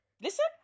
listen